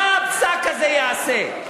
מה הפסק הזה יעשה?